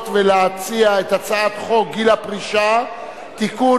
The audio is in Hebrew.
ולהציע את הצעת חוק גיל פרישה (תיקון,